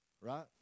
Right